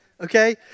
okay